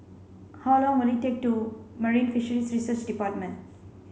how long will it take to Marine Fisheries Research Department